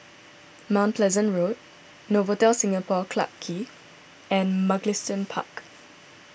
Mount Pleasant Road Novotel Singapore Clarke Quay and Mugliston Park